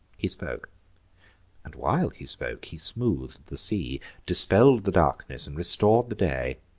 he spoke and, while he spoke, he smooth'd the sea, dispell'd the darkness, and restor'd the day.